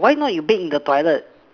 why not you bake in the toilet